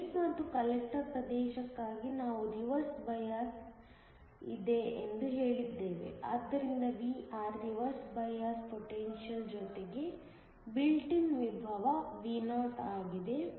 base ಮತ್ತು collector ಪ್ರದೇಶಕ್ಕಾಗಿ ನಾವು ರಿವರ್ಸ್ ಬಯಾಸ್ ಇದೆ ಎಂದು ಹೇಳಿದ್ದೇವೆ ಆದ್ದರಿಂದ Vr ರಿವರ್ಸ್ ಬಯಾಸ್ ಪೊಟೆನ್ಶಿಯಲ್ ಜೊತೆಗೆ ಬಿಲ್ಟ್ ಇನ್ ವಿಭವ Vo ಆಗಿದೆ